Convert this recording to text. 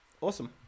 Awesome